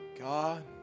God